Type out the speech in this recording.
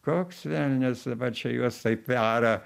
koks velnias dabar čia juos taip pera